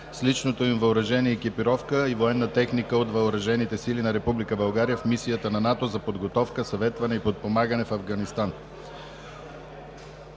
с личното им въоръжение, екипировка и военна техника от Въоръжените сили на Република България в мисията на НАТО за подготовка, съветване и подпомагане в Афганистан.